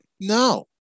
No